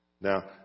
Now